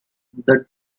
the